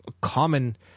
common